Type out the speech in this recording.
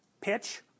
pitch